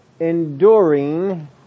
enduring